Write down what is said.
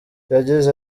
yagize